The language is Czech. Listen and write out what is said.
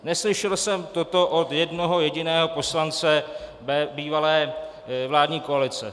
Neslyšel jsem toto od jednoho jediného poslance bývalé vládní koalice.